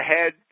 ahead